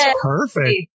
Perfect